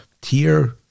tier